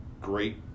great